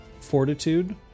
fortitude